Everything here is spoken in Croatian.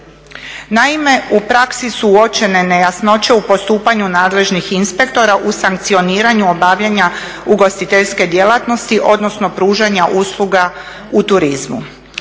Naime, u praksi su uočene nejasnoće u postupanju nadležnih inspektora u sankcioniranju obavljanja ugostiteljske djelatnosti, odnosno pružanja usluga u turizmu.